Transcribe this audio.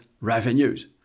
revenues